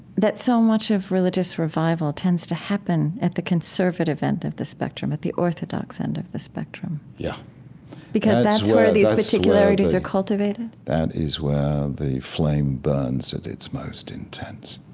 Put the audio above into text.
that so much of religious revival tends to happen at the conservative end of the spectrum, at the orthodox end of the spectrum? yeah because that's where these particularities are cultivated? that is where the flame burns at its most intense